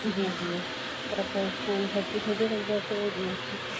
जी जी असां spoon thirty भेजे रखंदासीं